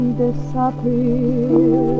disappear